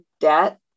debt